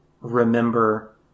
remember